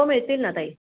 हो मिळतील ना ताई